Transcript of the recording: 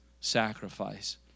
sacrifice